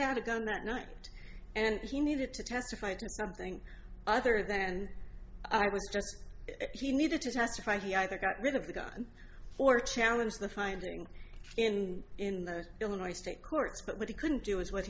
had a gun that night and he needed to testify to something other than i was just he needed to testify he either got rid of the gun or challenge the findings in in the illinois state courts but what he couldn't do is what